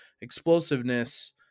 explosiveness